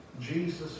Jesus